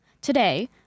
Today